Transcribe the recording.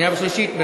שנייה ושלישית.